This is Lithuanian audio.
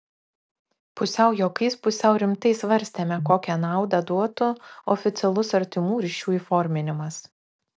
pusiau juokais pusiau rimtai svarstėme kokią naudą duotų oficialus artimų ryšių įforminimas